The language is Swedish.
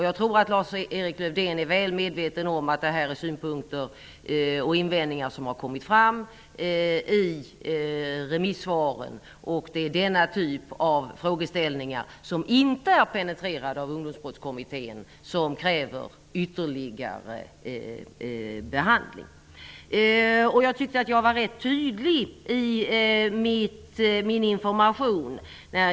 Jag tror att Lars-Erik Lövdén är väl medveten om att detta är synpunkter och invändningar som har kommit fram i remissvaren. Det är denna typ av frågeställningar, som inte är penetrerade av Ungdomsbrottskommittén, som kräver ytterligare behandling. Jag tyckte att jag var ganska tydlig i min information.